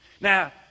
Now